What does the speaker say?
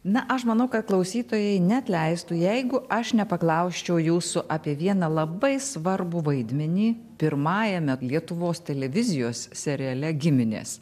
na aš manau kad klausytojai neatleistų jeigu aš nepaklausčiau jūsų apie vieną labai svarbų vaidmenį pirmajame lietuvos televizijos seriale giminės